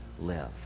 live